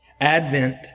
Advent